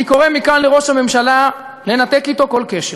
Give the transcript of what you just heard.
אני קורא מכאן לראש הממשלה לנתק אתו כל קשר.